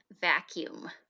vacuum